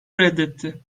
reddetti